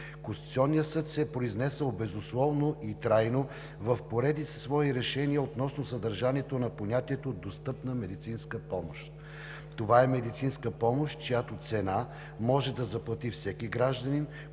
Конституционният съд се е произнесъл безусловно и трайно в поредица свои решения относно съдържанието на понятието „достъпна медицинска помощ“. Това е медицинска помощ, чиято цена може да заплати всеки гражданин,